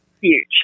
huge